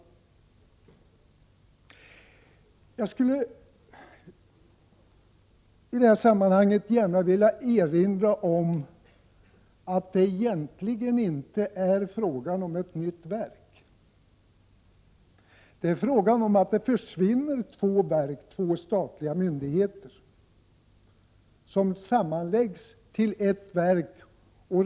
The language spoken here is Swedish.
Jag vill erinra om att det egentligen inte är fråga om ett nytt verk utan om två statliga myndigheter, som sammanläggs till ett verk.